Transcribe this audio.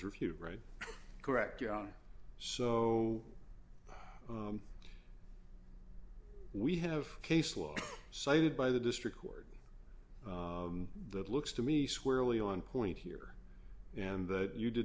reviewed right correct your own so we have case law cited by the district court that looks to me squarely on point here and the you did